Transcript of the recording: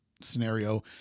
scenario